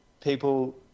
people